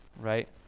Right